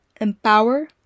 empower